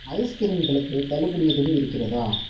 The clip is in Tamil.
ஐஸ்கிரீம்களுக்கு தள்ளுபடி எதுவும் இருக்கிறதா